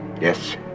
Yes